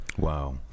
Wow